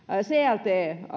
clt